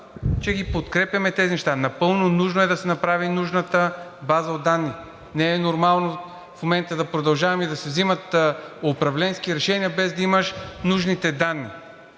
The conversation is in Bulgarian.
че ги подкрепяме тези неща. Напълно нужно е да се направи нужната база от данни. Не е нормално в момента да продължаваме и да се взимат управленски решения, без да имаш нужните данни